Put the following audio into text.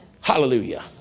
Hallelujah